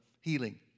healing